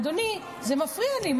אדוני, זה מפריע לי.